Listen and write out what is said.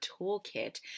toolkit